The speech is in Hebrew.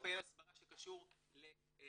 וקמפיין הסברה שקשור לזה